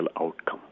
outcome